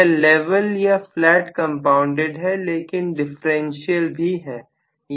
यह लेवल या flat compounded है लेकिन डिफरेंशियल भी है